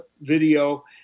video